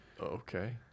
Okay